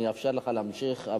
אני אאפשר לך להמשיך,